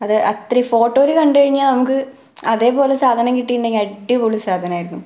അത് അത്രയും ഫോട്ടോയിൽ കണ്ടു കഴിഞ്ഞാൽ നമുക്ക് അതേ പോലെ സാധനം കിട്ടിയിട്ടുണ്ടെങ്കിൽ അടിപൊളി സാധനമായിരുന്നു